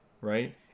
Right